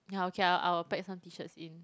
yeah okay I'll I'll pack some t-shirts in